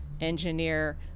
engineer